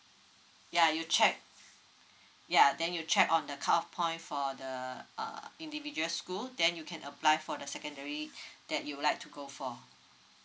ya you check ya then you check on the cut off point for the uh individual school then you can apply for the secondary that you would like to go for